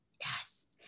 yes